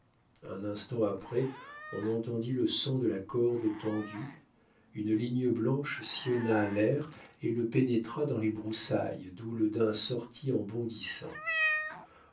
un instant après on entendit le son de la corde tendue une ligne blanche sillonna l'air et pénétra dans les broussailles d'où le daim sortit en bondissant